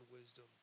wisdom